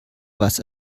was